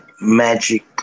magic